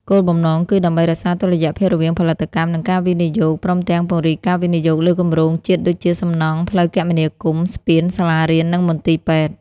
គោលបំណងគឺដើម្បីរក្សាតុល្យភាពរវាងផលិតកម្ម និងការវិនិយោគ ព្រមទាំងពង្រីកការវិនិយោគលើគម្រោងជាតិដូចជា សំណង់ ផ្លូវគមនាគមន៍ ស្ពាន សាលារៀន និងមន្ទីរពេទ្យ។